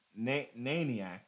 Naniac